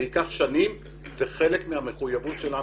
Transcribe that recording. זה ייקח שנים אבל זה חלק מהמחויבות שלנו.